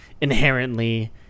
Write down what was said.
inherently